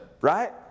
Right